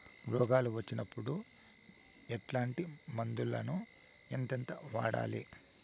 రోగాలు వచ్చినప్పుడు ఎట్లాంటి మందులను ఎంతెంత వాడాలి?